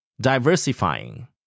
diversifying